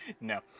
No